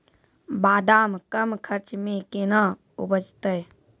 बादाम कम खर्च मे कैना उपजते?